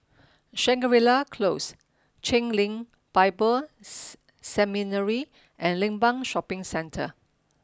Shangri La Close Chen Lien Bible Seminary and Limbang Shopping Centre